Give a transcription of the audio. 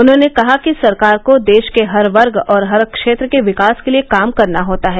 उन्होंने कहा कि सरकार को देश के हर वर्ग और हर क्षेत्र के विकास के लिए काम करना होता है